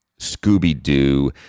Scooby-Doo